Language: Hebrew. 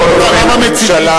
מציתים?